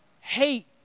hate